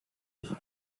ich